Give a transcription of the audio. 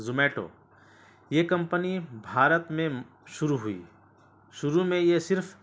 Zomato یہ company Bharat میں شروع ہوئی شروع میں یہ صرف